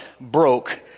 broke